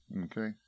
Okay